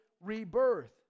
rebirth